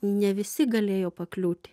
ne visi galėjo pakliūti